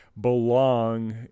belong